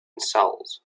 cells